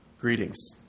greetings